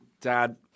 Dad